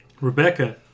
Rebecca